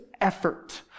effort